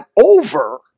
over